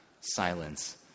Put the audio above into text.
silence